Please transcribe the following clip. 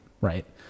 right